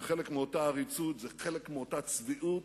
זה חלק מאותה עריצות, זה חלק מאותה עריצות,